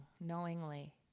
knowingly